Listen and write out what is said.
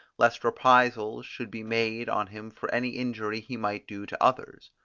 lest reprisals should be made on him for any injury he might do to others.